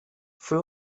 fue